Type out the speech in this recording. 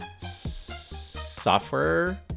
software